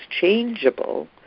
changeable